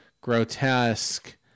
grotesque